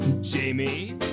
Jamie